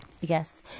Yes